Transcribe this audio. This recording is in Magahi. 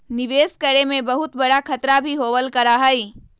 निवेश करे में बहुत बडा खतरा भी होबल करा हई